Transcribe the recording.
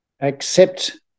accept